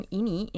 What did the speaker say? ini